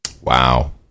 Wow